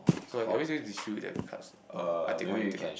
so are we supposed to choose that cards or I take one you take one